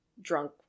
drunk